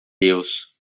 deus